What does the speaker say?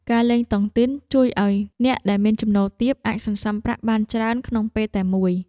ការលេងតុងទីនជួយឱ្យអ្នកដែលមានចំណូលទាប អាចសន្សំប្រាក់បានច្រើនក្នុងពេលតែមួយ។